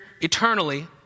eternally